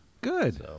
Good